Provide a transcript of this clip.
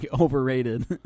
overrated